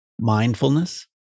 mindfulness